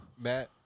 Matt